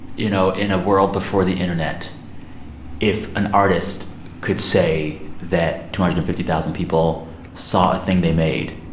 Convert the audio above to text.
you know, in a world before the internet if an artist could say that two hundred and fifty thousand people saw a thing they made,